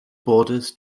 borders